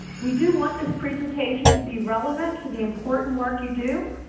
we do want this presentation to be relevant to the important work you do.